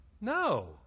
No